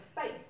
faith